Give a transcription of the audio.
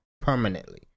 permanently